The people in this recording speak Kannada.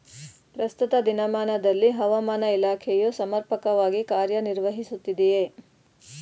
ಪ್ರಸ್ತುತ ದಿನಮಾನದಲ್ಲಿ ಹವಾಮಾನ ಇಲಾಖೆಯು ಸಮರ್ಪಕವಾಗಿ ಕಾರ್ಯ ನಿರ್ವಹಿಸುತ್ತಿದೆಯೇ?